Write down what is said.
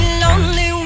lonely